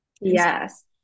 Yes